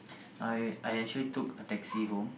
I I actually took a taxi home